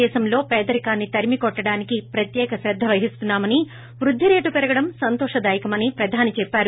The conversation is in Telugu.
దేశంలో పేదరికాన్ని తరిమికోట్టడానికి ప్రత్యేక శ్రేద్ద వహిస్తున్నామని వృద్ది రేటు పెరగడం సంతోషదాయకమని ప్రధాని చెప్పారు